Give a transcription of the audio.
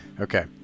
okay